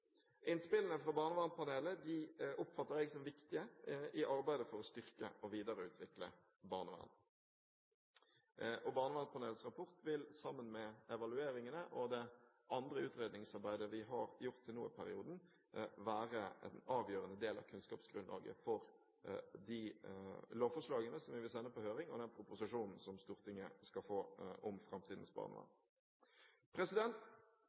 Innspillene fra Barnevernpanelet oppfatter jeg som viktige i arbeidet for å styrke og videreutvikle barnevernet. Barnevernpanelets rapport vil sammen med evalueringene og det andre utredningsarbeidet vi har gjort til nå i perioden, være en avgjørende del av kunnskapsgrunnlaget for de lovforslagene som vi vil sende på høring, og den proposisjonen som Stortinget skal få om framtidens